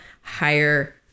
higher